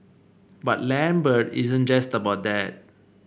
but Lambert isn't just about that